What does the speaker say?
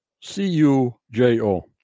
C-U-J-O